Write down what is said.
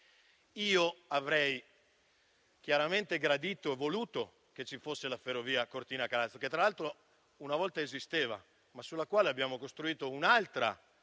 io avrei chiaramente gradito e voluto che ci fosse la ferrovia a Cortina-Calalzo, che tra l'altro una volta esisteva, ma su di essa abbiamo costruito un'altra